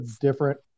different